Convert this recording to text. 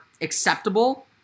acceptable